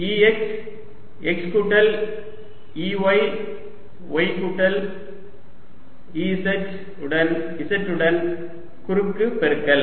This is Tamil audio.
Ex x கூட்டல் Ey y கூட்டல் Ez z உடன் குறுக்குப்பெருக்கல்